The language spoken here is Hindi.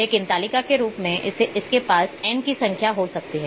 लेकिन तालिका के रूप में इसके पास n की संख्याएँ हो सकती हैं